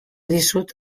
dizut